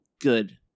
good